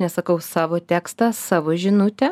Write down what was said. nesakau savo tekstą savo žinutę